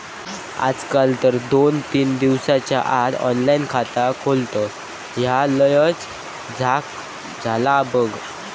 आजकाल तर दोन तीन दिसाच्या आत ऑनलाइन खाता खोलतत, ह्या लयच झ्याक झाला बघ